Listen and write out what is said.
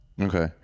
Okay